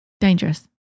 Dangerous